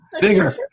bigger